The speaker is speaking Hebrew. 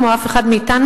כמו אף אחד מאתנו,